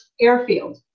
airfield